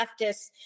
leftists